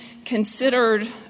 considered